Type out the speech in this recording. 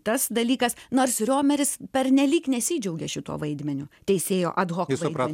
tas dalykas nors riomeris pernelyg nesidžiaugė šituo vaidmeniu teisėjo ad hok vaidmeniu